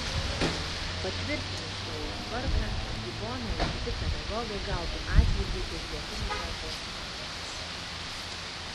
patvirtinus naują tvarką ivona ir kiti pedagogai gautų atlygį už lietuvių kalbos pamokas